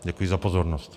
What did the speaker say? Děkuji za pozornost.